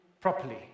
properly